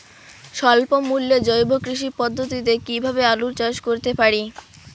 স্বল্প মূল্যে জৈব কৃষি পদ্ধতিতে কীভাবে আলুর চাষ করতে পারি?